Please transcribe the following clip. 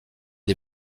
des